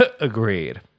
agreed